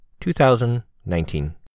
2019